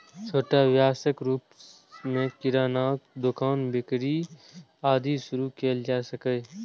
छोट व्यवसायक रूप मे किरानाक दोकान, बेकरी, आदि शुरू कैल जा सकैए